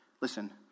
Listen